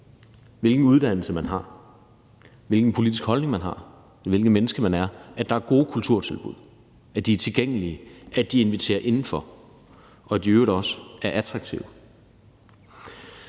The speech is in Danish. hvilken uddannelse man har, hvilken politisk holdning man har, og hvilket menneske man er – er gode kulturtilbud, at de er tilgængelige, at de inviterer indenfor, og at de i øvrigt også er attraktive.